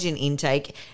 intake